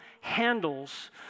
handles